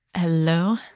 Hello